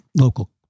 local